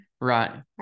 Right